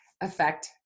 affect